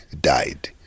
died